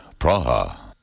Praha. (